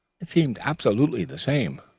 it seemed absolutely the same,